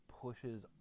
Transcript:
pushes